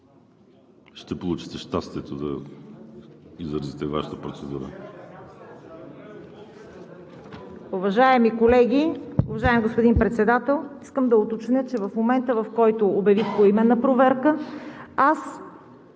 ще получите щастието да изразите Вашата процедура.